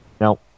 No